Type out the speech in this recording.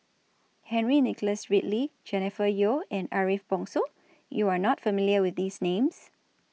Henry Nicholas Ridley Jennifer Yeo and Ariff Bongso YOU Are not familiar with These Names